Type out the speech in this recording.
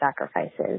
sacrifices